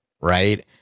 right